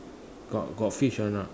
got got fish or not